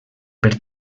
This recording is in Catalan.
per